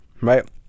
right